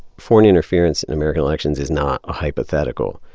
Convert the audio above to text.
foreign interference in american elections is not a hypothetical.